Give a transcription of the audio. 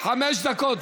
רגע.